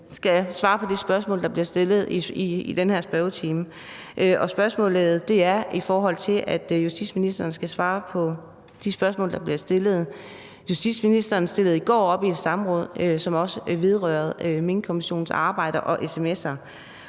skal svare på det spørgsmål, der bliver stillet i den her spørgetid, og spørgsmålet handler om, hvorvidt justitsministeren skal svare på de spørgsmål, der bliver stillet. Justitsministeren stillede i går op til et samråd, som også vedrører Minkkommissionens arbejde og sms'er.